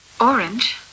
Orange